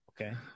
Okay